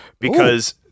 because-